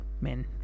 men